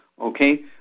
Okay